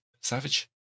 savage